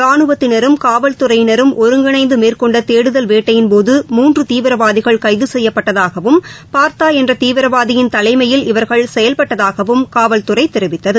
ரானுவத்தினரும் காவல்துறையினரும் ஒருங்கிணைந்துமேற்கொண்டதேடுதல் வேட்டையின்போது மூன்றுதீவிரவாதிகள் கைதுசெய்யப்பட்டதாகவும் பார்த்தாஎன்றதீவிரவாதியின் தலைமையில் இவர்கள் செயல்பட்டதாகவும் காவல்துறைதெரிவித்தது